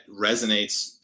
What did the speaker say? resonates